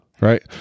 Right